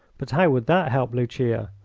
but how would that help lucia?